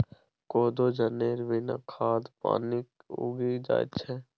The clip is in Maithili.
कोदो जनेर बिना खाद पानिक उगि जाएत छै